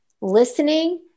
listening